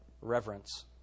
Reverence